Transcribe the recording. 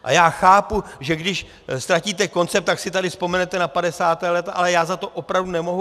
A já chápu, že když ztratíte koncept, tak si tady vzpomenete na 50. léta, ale já za to opravdu nemohu.